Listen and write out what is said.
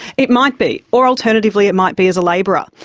it might be, or alternatively it might be as a labourer.